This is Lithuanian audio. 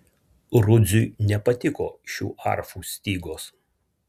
rudziui nepatiko šių arfų stygos